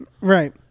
Right